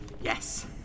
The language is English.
Yes